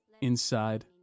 Inside